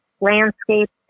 landscapes